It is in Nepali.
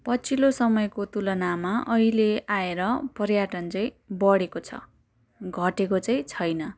पछिल्लो समयको तुलनामा अहिले आएर पर्यटन चाहिँ बढेको छ घटेको चाहिँ छैन